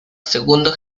segundo